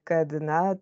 kad na